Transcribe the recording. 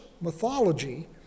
mythology